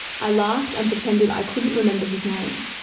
i laughed and pretended i couldn't remember his name.